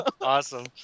Awesome